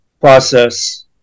process